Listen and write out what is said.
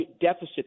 deficit